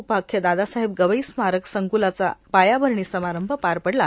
उपाख्य दादासाहेब गवई स्मारक संक्लाचा पायाभरणी समारंभ पार पडला